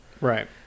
Right